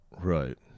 Right